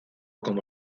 como